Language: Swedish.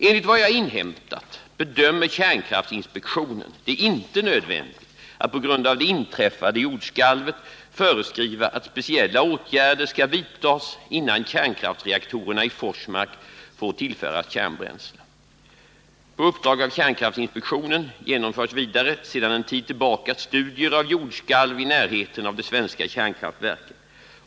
Enligt vad jag inhämtat bedömer kärnkraftinspektionen det inte nödvändigt att på grund av det inträffade jordskalvet föreskriva att speciella åtgärder skall vidtas, innan kärnkraftsreaktorerna i Forsmark får tillföras kärnbräns RS verks säkerhet mot jordbävningar verks säkerhet mot jordbävningar På uppdrag av kärnkraftinspektionen genomförs vidare sedan en tid tillbaka studier av jordskalv i närheten av de svenska kärnkraftverken.